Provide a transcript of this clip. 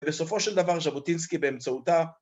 ובסופו של דבר ז'בוטינסקי באמצעותה